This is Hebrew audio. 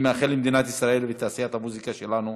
אני מאחל למדינת ישראל ולתעשיית המוזיקה שלנו